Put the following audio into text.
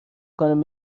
کنم